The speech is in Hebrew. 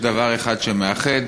יש דבר אחד שמאחד,